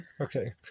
Okay